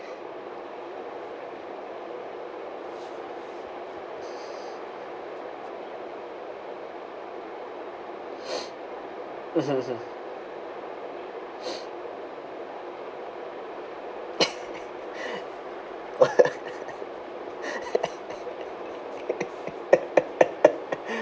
mmhmm mmhmm